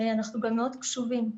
אנחנו גם מאוד קשובים.